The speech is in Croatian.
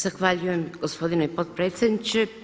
Zahvaljujem gospodine potpredsjedniče.